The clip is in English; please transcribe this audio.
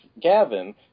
Gavin